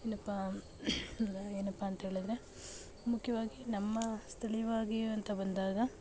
ಏನಪ್ಪಾ ಏನಪ್ಪಾ ಅಂಥೇಳಿದರೆ ಮುಖ್ಯವಾಗಿ ನಮ್ಮ ಸ್ಥಳೀಯವಾಗಿ ಅಂತ ಬಂದಾಗ